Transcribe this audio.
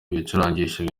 ibicurangisho